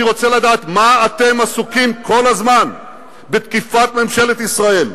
אני רוצה לדעת למה אתם עסוקים כל הזמן בתקיפת ממשלת ישראל,